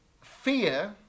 fear